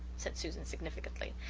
said susan significantly,